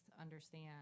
understand